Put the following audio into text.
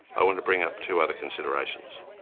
i want to bring up two other considerations.